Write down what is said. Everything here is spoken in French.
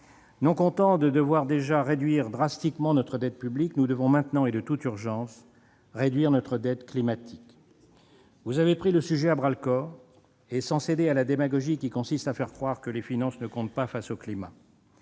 non contents de devoir déjà réduire drastiquement notre dette publique, nous devons maintenant, et de toute urgence, réduire notre dette climatique. Vous avez pris le sujet à bras-le-corps, sans céder à la démagogie qui consiste à faire croire que les finances ne comptent pas face au climat.